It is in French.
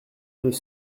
deux